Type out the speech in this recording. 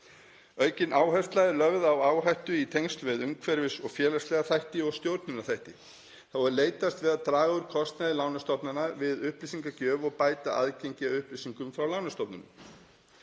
Aukin áhersla er lögð á áhættu í tengslum við umhverfis- og félagslega þætti og stjórnarhætti. Þá er leitast við að draga úr kostnaði lánastofnana við upplýsingagjöf og bæta aðgengi að upplýsingum frá lánastofnunum.